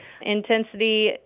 Intensity